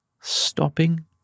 stopping